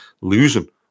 losing